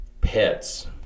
pets